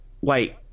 wait